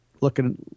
looking